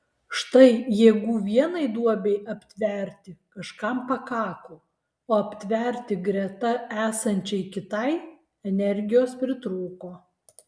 štai jėgų vienai duobei aptverti kažkam pakako o aptverti greta esančiai kitai energijos pritrūko